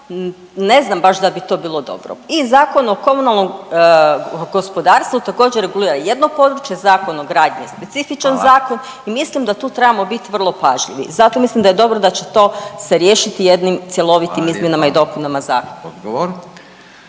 Ne znam baš da bi to bilo dobro. I Zakon o komunalnom gospodarstvu također regulira jedno područje, Zakon o gradnji je specifičan zakon … …/Upadica Radin: Hvala./… … i mislim da tu trebamo biti vrlo pažljivi. Zato mislim da je dobro da će to se riješiti jednim cjelovitim izmjenama i dopunama zakona.